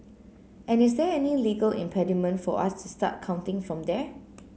and is there any legal impediment for us to start counting from there